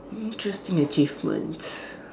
interesting achievements